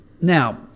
now